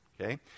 Okay